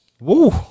Woo